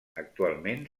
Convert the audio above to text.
actualment